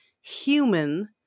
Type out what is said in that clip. human